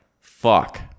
fuck